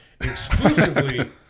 exclusively